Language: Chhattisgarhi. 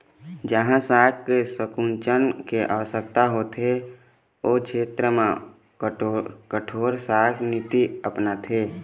जहाँ शाख के संकुचन के आवश्यकता होथे ओ छेत्र म कठोर शाख नीति अपनाथे